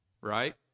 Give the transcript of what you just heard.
right